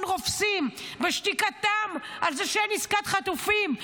"רופסים"; בשתיקתם על זה שאין עסקת חטופים,